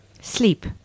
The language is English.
Sleep